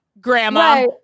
grandma